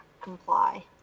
comply